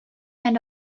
and